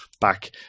back